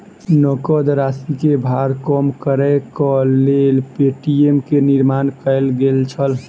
नकद राशि के भार कम करैक लेल पे.टी.एम के निर्माण कयल गेल छल